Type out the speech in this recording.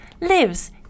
lives